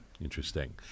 Interesting